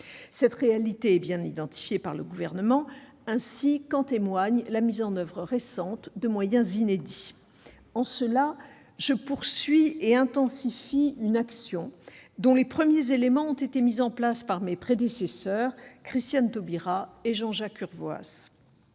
Cette réalité est bien identifiée par le Gouvernement, ainsi qu'en témoigne la mise en oeuvre récente de moyens inédits. En cela, je poursuis et intensifie une action dont les premiers éléments ont été mis en place par mes prédécesseurs, Christiane Taubira et Jean-Jacques Urvoas.